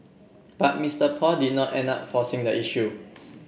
but Mr Paul did not end up forcing the issue